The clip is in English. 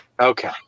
Okay